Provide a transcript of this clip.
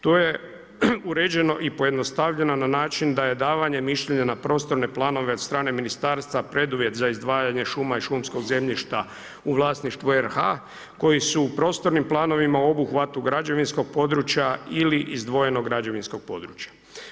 To je uređeno i pojednostavljeno na način daje davanje mišljenja na prostorne planove od strane ministarstva preduvjet za izdvajanje šuma i šumskog zemljišta u vlasništvu RH koji su prostornim planovima u obuhvatu građevinskog područja ili izdvojenog građevinskog područja.